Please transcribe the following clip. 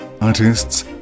artists